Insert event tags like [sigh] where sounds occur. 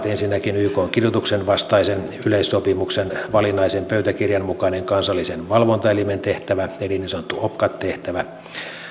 [unintelligible] ensinnäkin ykn kidutuksen vastaisen yleissopimuksen valinnaisen pöytäkirjan mukainen kansallisen valvontaelimen tehtävä eli niin sanottu opcat tehtävä